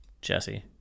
Jesse